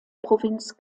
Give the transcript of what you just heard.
provinz